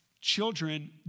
children